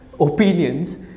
opinions